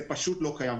זה פשוט לא קיים.